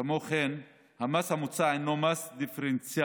כמו כן המס המוצע הוא מס דיפרנציאלי,